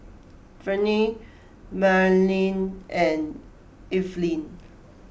Verne Manley and Evelin